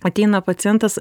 ateina pacientas